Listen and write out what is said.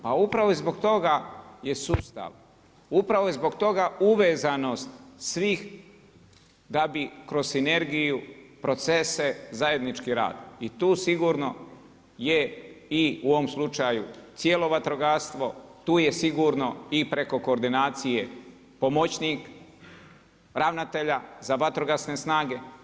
Pa upravo i zbog toga je sustav, upravo je zbog toga uvezanost svih da bi kroz sinergiju, procese, zajednički rad i tu sigurno je i u ovom slučaju cijelo vatrogastvo, tu je sigurno i preko koordinacije pomoćnik ravnatelja za vatrogasne snage.